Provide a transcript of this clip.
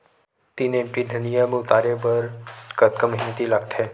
तीन एम.टी धनिया उतारे बर कतका मेहनती लागथे?